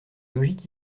logique